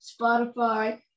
Spotify